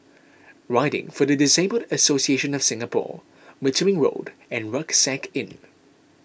Riding for the Disabled Association of Singapore Wittering Road and Rucksack Inn